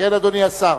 אדוני השר,